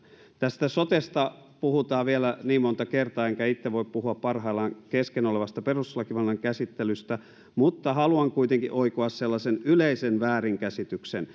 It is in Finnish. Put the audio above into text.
tästä sotesta puhutaan vielä monta kertaa enkä itse voi puhua parhaillaan kesken olevasta perustuslakivaliokunnan käsittelystä mutta haluan kuitenkin oikoa sellaisen yleisen väärinkäsityksen